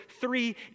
three